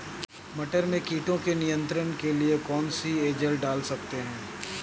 मटर में कीटों के नियंत्रण के लिए कौन सी एजल डाल सकते हैं?